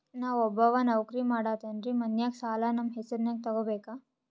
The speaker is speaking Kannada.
ನಾ ಒಬ್ಬವ ನೌಕ್ರಿ ಮಾಡತೆನ್ರಿ ಮನ್ಯಗ ಸಾಲಾ ನಮ್ ಹೆಸ್ರನ್ಯಾಗ ತೊಗೊಬೇಕ?